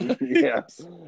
Yes